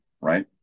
right